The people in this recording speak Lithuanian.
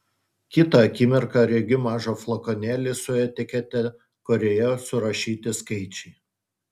kitą akimirką regiu mažą flakonėlį su etikete kurioje surašyti skaičiai